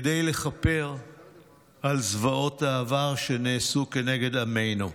כדי לכפר על זוועות העבר שנעשו כנגד עמנו.